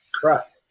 correct